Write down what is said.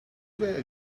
their